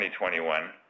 2021